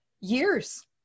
years